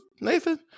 Nathan